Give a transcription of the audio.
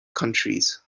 countries